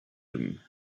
them